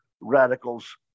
radicals